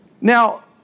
Now